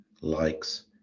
likes